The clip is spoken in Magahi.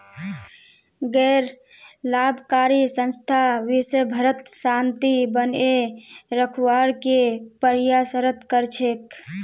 गैर लाभकारी संस्था विशव भरत शांति बनए रखवार के प्रयासरत कर छेक